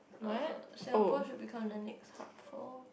uh Singapore should become the next hub for